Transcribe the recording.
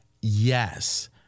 Yes